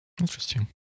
Interesting